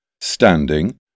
standing